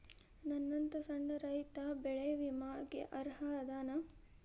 ನನ್ನಂತ ಸಣ್ಣ ರೈತಾ ಬೆಳಿ ವಿಮೆಗೆ ಅರ್ಹ ಅದನಾ?